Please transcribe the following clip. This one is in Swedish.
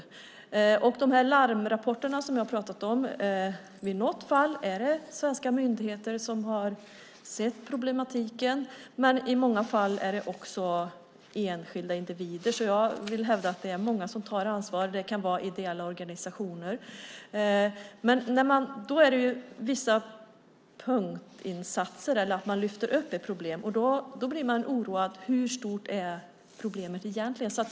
I något fall i de larmrapporter som jag har talat om är det svenska myndigheter som har sett problematiken. I många fall är det dock enskilda individer. Jag vill därför hävda att det är många som tar ansvar. I vissa fall kan det vara ideella organisationer. Det är vissa punktinsatser och man lyfter upp ett problem. Då blir man oroad och undrar hur stort problemet egentligen är.